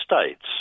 States